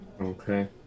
Okay